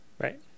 right